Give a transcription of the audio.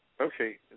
Okay